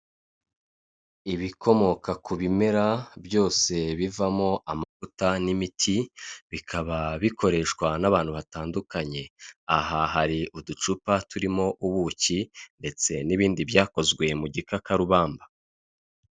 Ibikomoka ku bimera byose bivamo amavuta n'imiti bikaba bikoreshwa n'abantu batandukanye. Aha hari uducupa turimo ubuki ndetse n'ibindi byakozwe mu gikakarubamba.